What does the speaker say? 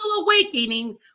awakening